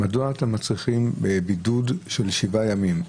מדוע אתם מצריכים בידוד של שבעה ימים?